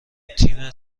تیم